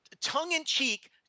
tongue-in-cheek